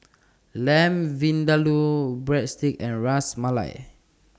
Lamb Vindaloo Breadsticks and Ras Malai